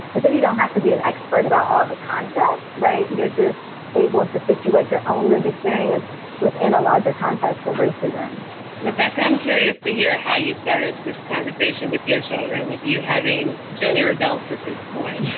but then you don't have to be an expert about all the concepts. right. you're just able to situate your own lived experience within a larger context of racism rebecca, i'm curious to hear how you started this conversation with your children, with you having junior adults at this point?